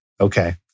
okay